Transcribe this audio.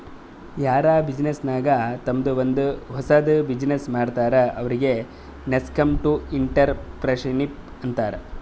ಯಾರ್ ಬಿಸಿನ್ನೆಸ್ ನಾಗ್ ತಂಮ್ದೆ ಒಂದ್ ಹೊಸದ್ ಬಿಸಿನ್ನೆಸ್ ಮಾಡ್ತಾರ್ ಅವ್ರಿಗೆ ನಸ್ಕೆಂಟ್ಇಂಟರಪ್ರೆನರ್ಶಿಪ್ ಅಂತಾರ್